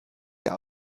der